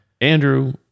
Andrew